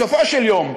בסופו של דבר,